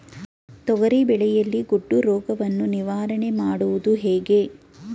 ತೊಗರಿ ಬೆಳೆಯಲ್ಲಿ ಗೊಡ್ಡು ರೋಗವನ್ನು ನಿವಾರಣೆ ಮಾಡುವುದು ಹೇಗೆ?